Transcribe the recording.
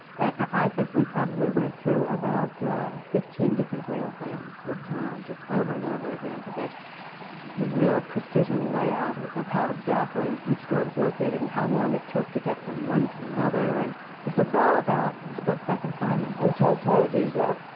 and i think we probably went through about fifteen different ground plans with tom, just over and over again, to get the real precision layout of how exactly each door was located and how long it took to get from one to another, and because it's all about split second timing. hotel paradiso.